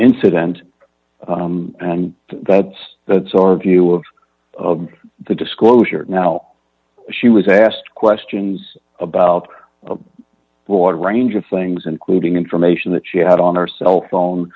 incident and that's that's our view of the disclosure now she was asked questions about a broad range of things including information that she had on her cell phone